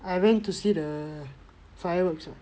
I went to see the fireworks lah